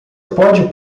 pode